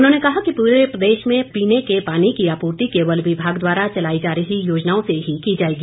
उन्होंने कहा कि पूरे प्रदेश में पीने के पानी की आपूर्ति केवल विभाग द्वारा चलाई जा रही योजनाओं से ही की जाएगी